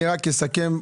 אסכם,